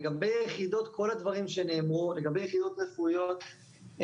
כל הדברים שנאמרו לגבי יחידות רפואיות,